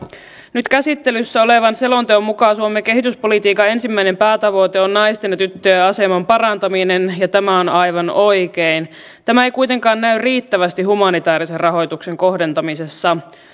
nyt käsittelyssä olevan selonteon mukaan suomen kehityspolitiikan ensimmäinen päätavoite on naisten ja tyttöjen aseman parantaminen ja tämä on aivan oikein tämä ei kuitenkaan näy riittävästi humanitäärisen rahoituksen kohdentamisessa